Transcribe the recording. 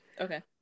Okay